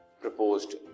proposed